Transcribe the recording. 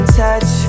touch